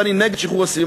ואני נגד שחרור אסירים,